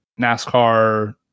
NASCAR